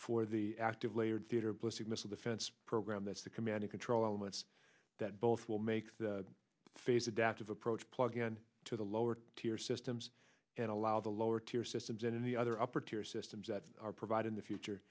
for the active layered theater blissett missile defense program that's the commanding control elements that both will make the face adaptive approach plug in to the lower tier systems and allow the lower tier systems in the other upper tier systems that are provide in the future